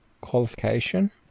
qualification